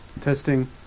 testing